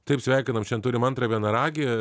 taip sveikinam šian turim antrą vienaragį